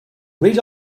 read